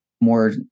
more